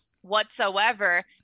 whatsoever